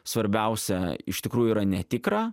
svarbiausia iš tikrųjų yra netikra